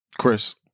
Chris